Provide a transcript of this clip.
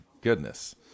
goodness